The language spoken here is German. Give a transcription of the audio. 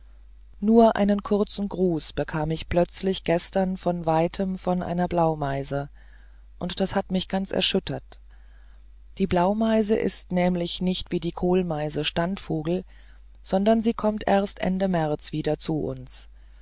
nur einen kurzen gruß bekam ich plötzlich gestern von weitem von einer blaumeise und das hat mich ganz erschüttert die blaumeise ist nämlich nicht wie die kohlmeise standvogel sondern sie kommt erst ende märz wieder zu uns